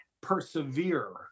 persevere